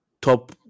top